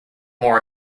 more